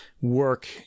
work